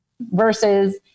versus